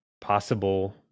possible